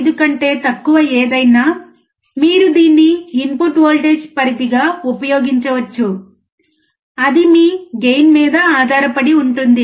5 కంటే తక్కువ ఏదైనా మీరు దీన్ని ఇన్పుట్ వోల్టేజ్ పరిధిగా ఉపయోగించవచ్చు అది మీ గెయిన్ మీద ఆధారపడి ఉంటుంది